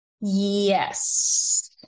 Yes